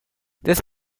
this